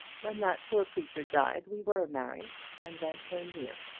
when that poor creature died we were married, and then came here.